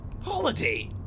Holiday